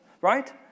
Right